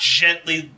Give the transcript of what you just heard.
gently